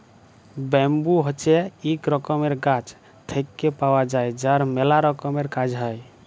bamboo হছে ইক রকমের গাছ থেক্যে পাওয়া যায় যার ম্যালা রকমের কাজ হ্যয়